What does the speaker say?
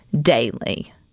daily